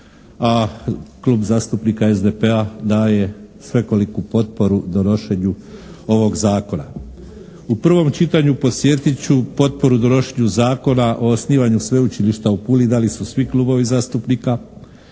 a Klub zastupnika SDP-a daje svekoliku potporu donošenju ovog zakona. U prvom čitanju podsjetit ću potporu donošenju zakona o osnivanju sveučilišta u Puli dali su svi klubovi zastupnika